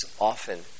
often